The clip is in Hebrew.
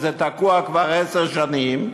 וזה תקוע כבר עשר שנים,